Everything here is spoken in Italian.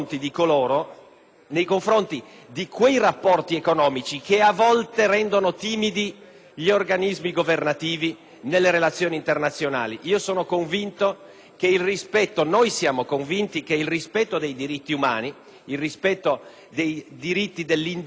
nei confronti di quei rapporti economici che a volte rendono timidi gli organismi governativi nelle relazioni internazionali. Siamo convinti che il rispetto dei diritti umani, il rispetto dei diritti dell'individuo